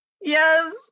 Yes